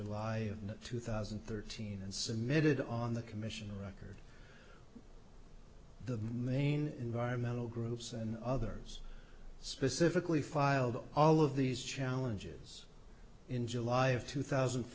july two thousand and thirteen and submitted on the commission record the main environmental groups and others specifically filed all of these challenges in july of two thousand